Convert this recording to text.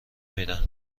میدن